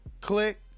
click